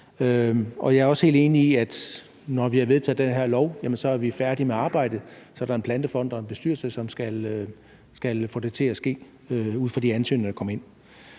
Jeg er også helt enig i, at når vi har vedtaget det her lovforslag, er vi færdige med arbejdet – så er der en Plantefond og en bestyrelse, som skal få det til at ske ud fra de ansøgninger, der kommer ind.